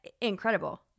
Incredible